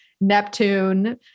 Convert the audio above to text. Neptune